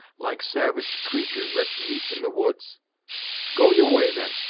like savage creatur's that meet in the woods go your way, then,